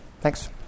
Thanks